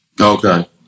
Okay